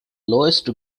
lowest